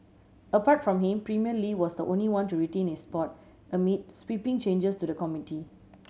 apart from him Premier Li was the only one to retain his spot amid sweeping changes to the committee